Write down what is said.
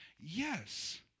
yes